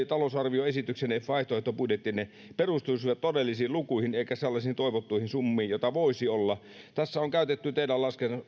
talousarvioesityksenne ja vaihtoehtobudjettinne perustuisivat todellisiin lukuihin eivätkä sellaisiin toivottuihin summiin joita voisi olla tässä teidän